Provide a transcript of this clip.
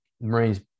Marines